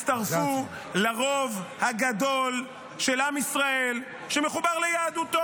אני רוצה שתצטרפו לרוב הגדול של עם ישראל שמחובר ליהדותו.